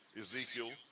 Ezekiel